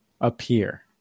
appear